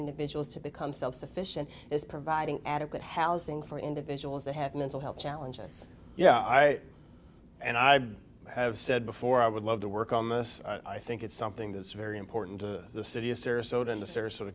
individuals to become self sufficient is providing adequate housing for individuals that have mental health challenges yeah i and i have said before i would love to work on this i think it's something that's very important to the city a serious soda in the sarasota